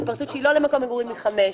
שנים והתפרצות שאינה למקום מגורים זה שבע שנים.